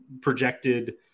projected